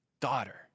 daughter